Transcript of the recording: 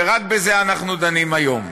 בזה אנחנו דנים היום.